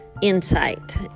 insight